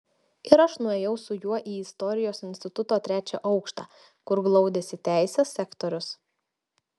ir aš nuėjau su juo į istorijos instituto trečią aukštą kur glaudėsi teisės sektorius